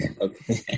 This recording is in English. Okay